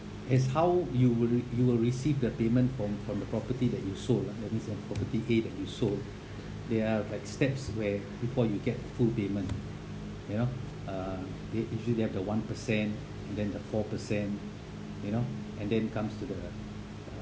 is how you will you will receive the payment from from the property that you sold ah that means um property A that you sold they are like steps where before you get the full payment you know uh they usually have the one percent and than the four percent you know and then comes to the